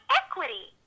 equity